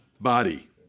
body